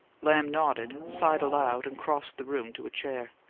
lamb nodded, sighed aloud, and crossed the room to a chair.